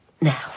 now